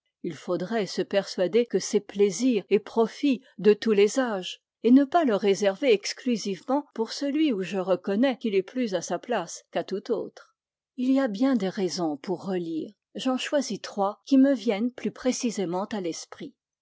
il faudrait se persuader que c'est plaisir et profit de tous les âges et ne pas le réserver exclusivement pour celui où je reconnais qu'il est plus à sa place qu'à tout autre il y a bien des raisons pour relire j'en choisis trois qui me viennent plus précisément à l'esprit